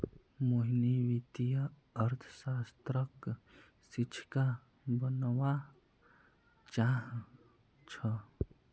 मोहिनी वित्तीय अर्थशास्त्रक शिक्षिका बनव्वा चाह छ